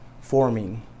forming